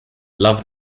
loved